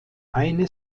eine